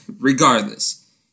regardless